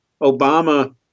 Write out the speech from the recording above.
Obama